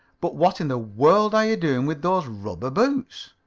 but what in the world are you doing with those rubber boots?